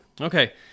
Okay